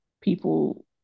people